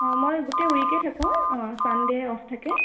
অঁ মই গোটেই উইকে থাকো অঁ চানডে অফ থাকে